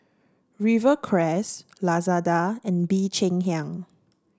Rivercrest Lazada and Bee Cheng Hiang